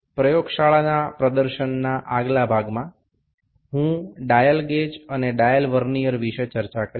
পরীক্ষাগারে প্রদর্শনের পরবর্তী অংশে আমি ডায়াল গেজ এবং ডায়াল ভার্নিয়ার সম্পর্কে আলোচনা করব